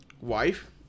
Wife